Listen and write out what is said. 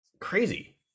crazy